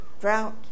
drought